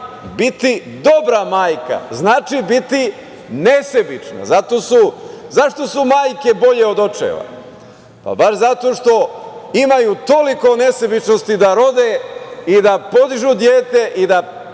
biti dobra majka znači biti nesebična. Zašto su majke bolje od očeva? Pa baš zato što imaju toliko nesebičnosti da rode i da podižu dete i da 15